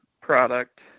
product